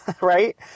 right